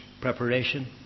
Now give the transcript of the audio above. preparation